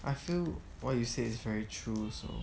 I feel what you say is very true also